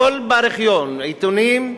הכול בארכיון העיתונים,